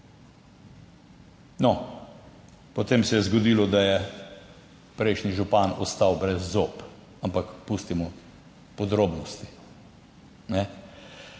No, potem se je zgodilo, da je prejšnji župan ostal brez zob, ampak pustimo podrobnosti.